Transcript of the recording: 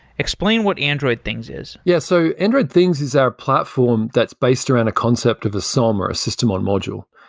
explain what android things is yes. so android things is our platform that's based around a concept of a som, or a system on module.